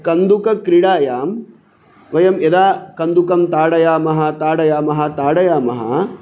कन्दुकक्रीडायां वयं यदा कन्दुकं ताडयामः ताडयामः ताडयामः